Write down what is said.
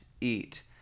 eat